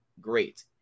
great